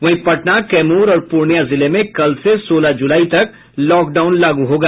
वहीं पटना कैमूर और पूर्णिया जिले में कल से सोलह जुलाई तक लॉकडाउन लागू होगा